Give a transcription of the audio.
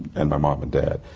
and my mom and dad.